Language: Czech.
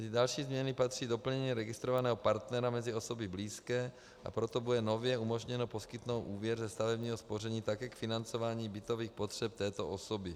Mezi další změny patří doplnění registrovaného partnera mezi osoby blízké, a proto bude nově umožněno poskytnout úvěr ze stavebního spoření také k financování bytových potřeb této osoby.